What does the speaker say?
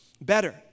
better